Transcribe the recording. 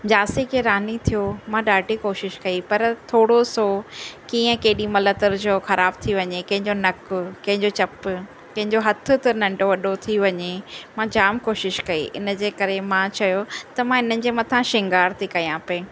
झांसी की रानी थियो मां ॾाढी कोशिशि कई पर थोरो सो कीअं केॾीमहिल तर्जो ख़राब थी वञे कंहिंजो नकु कंहिंजो चपु कंहिंजो हथु नंढो वॾो थी वञे मां जाम कोशिशि कई इन जे करे मां चयो त मां हिननि जे मथां शृंगार थी कयां पई